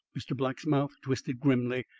mr. black's mouth twisted grimly.